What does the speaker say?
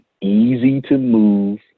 easy-to-move